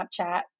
snapchat